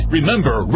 Remember